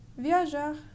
viajar